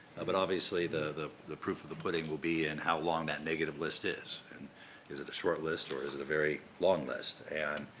but, obviously, the the proof of the pudding will be in how long that negative list is. and is it a short list, or is it a very long list. and,